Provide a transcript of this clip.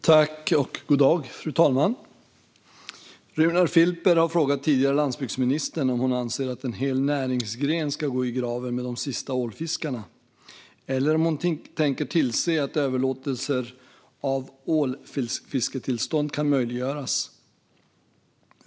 God dag, fru talman! Runar Filper har frågat den tidigare landsbygdsministern om hon anser att en hel näringsgren ska gå i graven med de sista ålfiskarna eller om hon tänker tillse att överlåtelser av ålfisketillstånd kan möjliggöras.